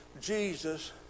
Jesus